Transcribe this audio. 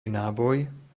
náboj